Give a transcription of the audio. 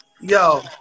Yo